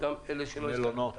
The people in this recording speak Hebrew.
המלונות